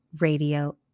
Radio